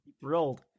thrilled